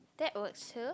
that works too